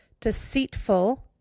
deceitful